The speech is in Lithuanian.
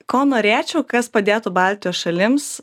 ko norėčiau kas padėtų baltijos šalims